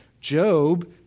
Job